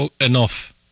enough